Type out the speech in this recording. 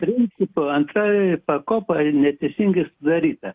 principo antroji pakopa neteisingai sudaryta